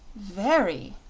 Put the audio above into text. very!